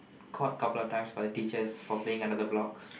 caught couple of times by the teachers for playing on the blocks